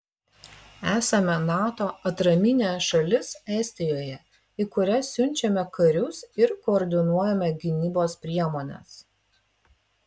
esame nato atraminė šalis estijoje į kurią siunčiame karius ir koordinuojame gynybos priemones